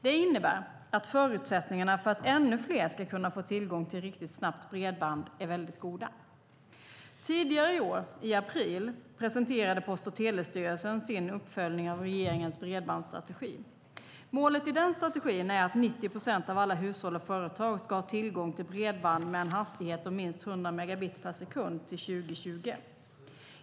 Det innebär att förutsättningarna för att ännu fler ska kunna få tillgång till riktigt snabbt bredband är väldigt goda. Tidigare i år, i april, presenterade Post och telestyrelsen sin uppföljning av regeringens bredbandsstrategi. Målet i den strategin är att 90 procent av alla hushåll och företag ska ha tillgång till bredband med en hastighet om minst 100 megabit per sekund till 2020.